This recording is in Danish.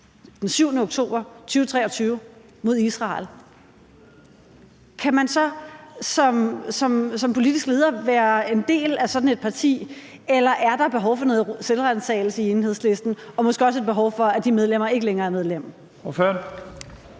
den 7. oktober 2023 mod Israel, så være en del af sådan et parti? Eller er der behov for noget selvransagelse i Enhedslisten og måske også et behov for, at de medlemmer ikke længere er medlemmer?